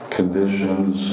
conditions